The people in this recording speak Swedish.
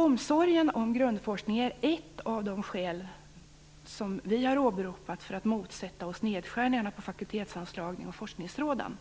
Omsorg om grundforskningen är ett av de skäl som vi har åberopat när vi motsätter oss nedskärningarna av fakultetsanslagen och forskningsråden